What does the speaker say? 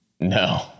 No